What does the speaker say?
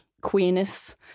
queerness